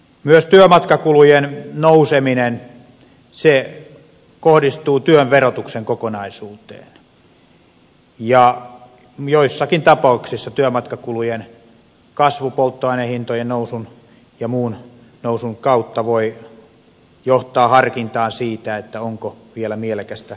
myös työmatkakulujen nouseminen kohdistuu työn verotuksen kokonaisuuteen ja joissakin tapauksissa työmatkakulujen kasvu polttoainehintojen nousun ja muun nousun kautta voi johtaa harkintaan siitä onko vielä mielekästä työssä käydä